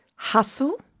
Hustle